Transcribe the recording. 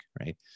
right